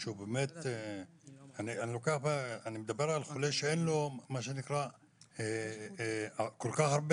אני מדבר על חולה שאין לו כל כך הרבה